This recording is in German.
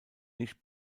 nicht